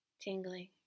tingling